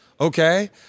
Okay